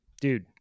dude